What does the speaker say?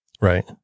Right